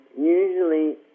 usually